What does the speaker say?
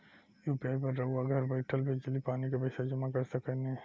UPI पर रउआ घर बईठल बिजली, पानी के पइसा जामा कर सकेनी